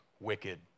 wicked